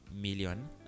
million